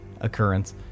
Occurrence